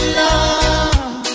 love